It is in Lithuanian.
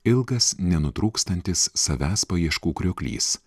ilgas nenutrūkstantis savęs paieškų krioklys